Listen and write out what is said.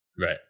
Right